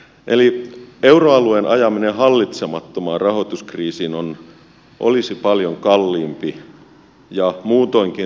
eli euroalueen ajaminen hallitsemattomaan rahoituskriisiin olisi paljon kalliimpi ja muutoinkin riskialttiimpi vaihtoehto